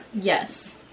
Yes